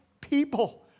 people